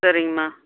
சரிங்கம்மா